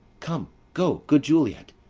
come, go, good juliet.